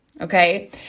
Okay